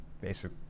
basic